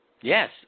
Yes